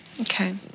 Okay